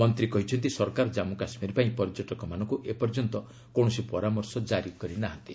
ମନ୍ତ୍ରୀ କହିଛନ୍ତି ସରକାର ଜନ୍ମୁ କାଶ୍ମୀର ପାଇଁ ପର୍ଯ୍ୟଟକମାନଙ୍କୁ ଏପର୍ଯ୍ୟନ୍ତ କୌଣସି ପରାମର୍ଶ ଜାରି କରି ନାହାନ୍ତି